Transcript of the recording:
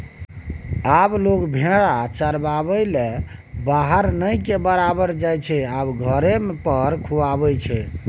आब लोक भेरा चराबैलेल बाहर नहि केर बराबर जाइत छै आब घरे पर खुआबै छै